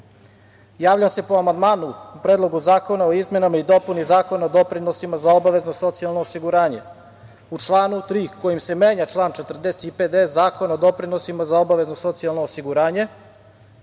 javljam se po amandmanu Predlogu zakona o izmenama i dopuni Zakona o doprinosima za obavezno socijalno osiguranje.U članu 3. kojim se menja član 40. i 50. Zakona o doprinosima za obavezno socijalno osiguranje